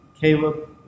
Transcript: Caleb